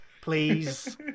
please